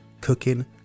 cooking